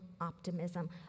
optimism